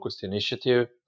initiative